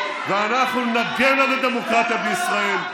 ואנחנו נגן על הדמוקרטיה בישראל,